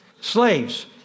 Slaves